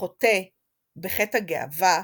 חוטא בחטא הגאווה,